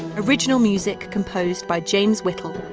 original music composed by james whittle.